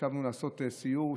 חשבנו לעשות סיור,